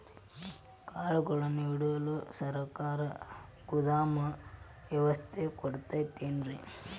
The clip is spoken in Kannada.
ಕಾಳುಗಳನ್ನುಇಡಲು ಸರಕಾರ ಗೋದಾಮು ವ್ಯವಸ್ಥೆ ಕೊಡತೈತೇನ್ರಿ?